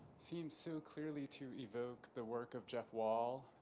seems so clearly to evoke the work of jeff wall,